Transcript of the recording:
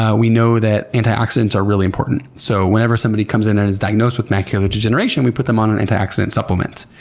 ah we know that antioxidants are really important. so whenever somebody comes in and is diagnosed with macular degeneration, we put them on an antioxidant supplement.